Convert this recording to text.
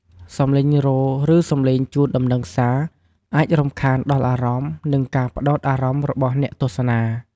សំឡេងរោទ៍ ឬសំឡេងជូនដំណឹងសារ អាចរំខានដល់អារម្មណ៍ និងការផ្ដោតអារម្មណ៍របស់អ្នកទស្សនា។